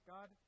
God